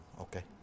okay